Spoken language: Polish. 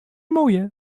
moje